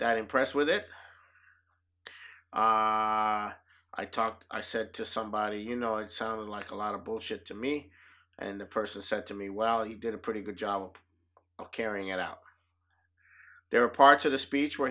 that impressed with it i talked i said to somebody you know it sounded like a lot of bullshit to me and the person said to me well you did a pretty good job of carrying it out there are parts of the speech where